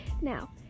now